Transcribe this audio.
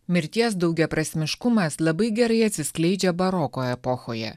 mirties daugiaprasmiškumas labai gerai atsiskleidžia baroko epochoje